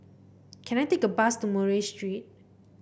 can I take a bus to Murray Street